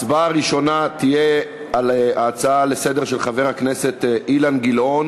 ההצבעה הראשונה תהיה על ההצעה לסדר-היום של חבר הכנסת אילן גילאון